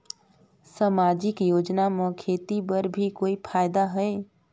समाजिक योजना म खेती बर भी कोई फायदा है?